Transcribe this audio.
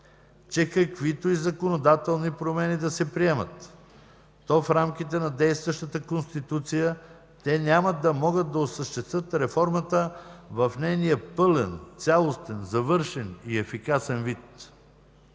че каквито и законодателни промени да се приемат в рамките на действащата Конституция, те няма да могат да осъществят реформата в нейния пълен, цялостен, завършен и ефикасен вид.